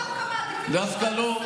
דווקא לא.